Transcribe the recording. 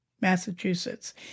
Massachusetts